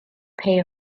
pay